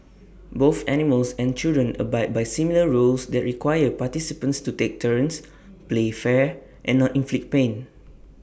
both animals and children abide by similar rules that require participants to take turns play fair and not inflict pain